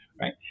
right